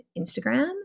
instagram